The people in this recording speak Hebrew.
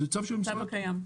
הצו הקיים.